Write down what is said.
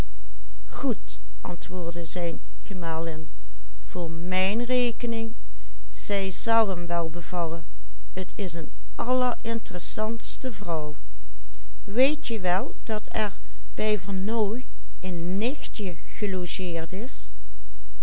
t is een allerinteressantste vrouw weetje wel dat er bij vernooy een nichtje gelogeerd is